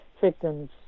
victims